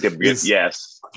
yes